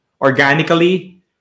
Organically